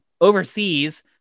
overseas